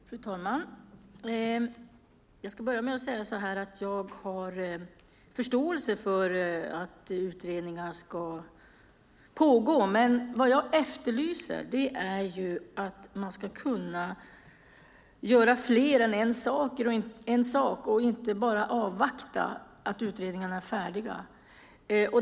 Fru talman! Jag ska börja med att säga att jag har förståelse för att utredningar ska pågå. Men jag efterlyser att man ska kunna göra mer än en sak och inte bara avvakta att utredningarna blir färdiga.